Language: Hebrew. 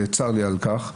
וצר לי על כך.